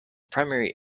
primary